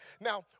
Now